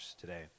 today